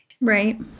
Right